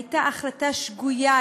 הייתה החלטה שגויה,